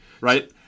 Right